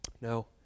No